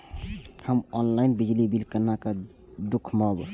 हम ऑनलाईन बिजली बील केना दूखमब?